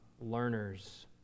learners